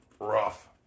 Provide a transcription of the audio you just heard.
rough